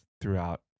throughout